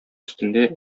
өстендә